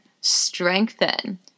strengthen